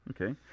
okay